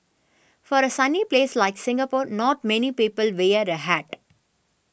for a sunny place like Singapore not many people wear a hat